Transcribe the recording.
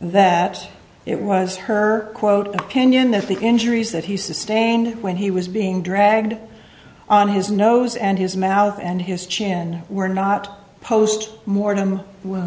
that it was her quote opinion that the injuries that he sustained when he was being dragged on his nose and his mouth and his chin were not post mortem she